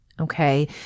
okay